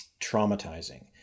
traumatizing